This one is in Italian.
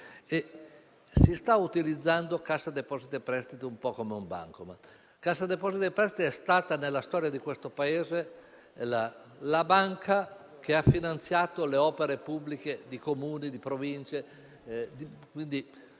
si sta utilizzando Cassa depositi e prestiti come un bancomat. Cassa depositi e prestiti è stata, nella storia di questo Paese, la banca che ha finanziato le opere pubbliche di Comuni e Province e